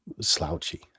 slouchy